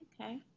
okay